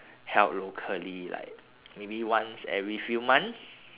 held locally like maybe once every few months